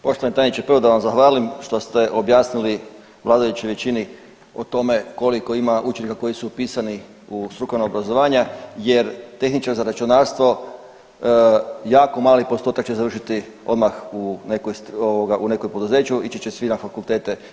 Poštovani tajniče to da vam zahvalim što ste objasnili vladajućoj većini o tome koliko ima učenika koji su upisani u strukovna obrazovanja jer tehničar za računarstvo jako mali postotak će završiti odmah u nekoj ovaj u nekoj poduzeću, ići će svi na fakultete.